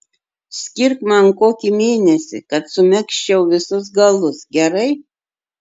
skirk man kokį mėnesį kad sumegzčiau visus galus gerai